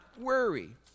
worry